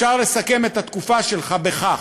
אפשר לסכם את התקופה שלך בכך: